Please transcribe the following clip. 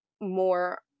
more